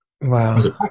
Wow